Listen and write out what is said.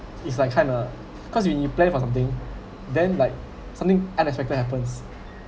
it's like kinda cause when you plan for something then like something unexpected happens